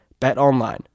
BetOnline